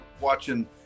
watching